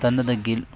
ತಂಡದ ಗೆಲ್